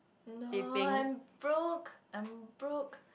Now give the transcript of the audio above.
no I'm broke I'm broke